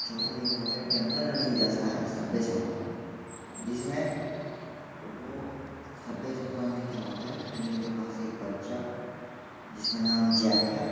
और चौथा गेम हो गया टेंपल रन ही जैसा है सबवे सफ़र जिसमें वो सबवे सफ़र में क्या होता है ट्रेन के पास एक बच्चा जिसका नाम जैक है